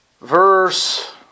Verse